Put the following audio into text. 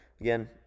Again